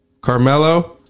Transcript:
Carmelo